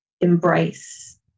embrace